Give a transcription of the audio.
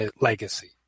legacy